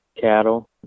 cattle